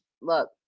look